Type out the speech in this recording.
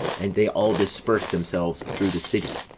and they all dispersed themselves through the city.